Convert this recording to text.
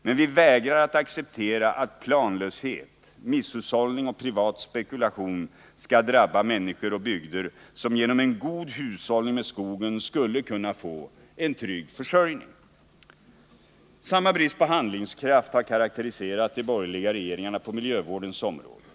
Men vi vägrar att acceptera att planlöshet, misshushållning och privat spekulation skall drabba människor och bygder som genom en god hushållning med skogen skulle kunna få en trygg försörjning. Samma brist på handlingskraft har karakteriserat de borgerliga regeringarna på miljövårdens område.